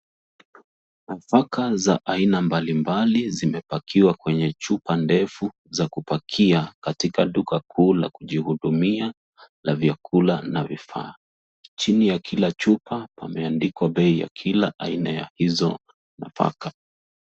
Nafaka za aina mbali mbali zimepakiwa kwenye chupa ndefu za kupakia katika duka kuu la kujihudumia la vyakula na vifaa. Chini ya kila chupa pameandikwa bei ya kila aina ya hizo nafaka.